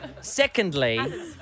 Secondly